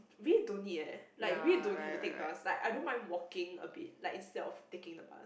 really don't need eh like really don't have to take bus like I don't mind walking a bit like instead of taking the bus